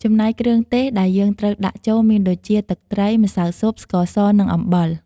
ចំណែកគ្រឿងទេសដែលយើងត្រូវដាក់ចូល មានដូចជា ទឹកត្រី ម្សៅស៊ុប ស្ករស និងអំបិល។